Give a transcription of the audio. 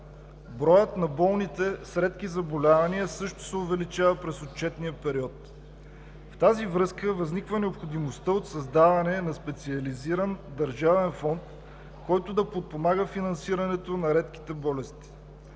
Броят на болните с редки заболявания също се увеличава през отчетния период. В тази връзка възниква необходимостта от създаване на специализиран държавен фонд, който да подпомага финансирането на редките болести.